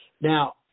Now